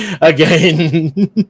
again